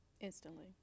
Instantly